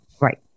Right